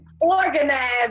organize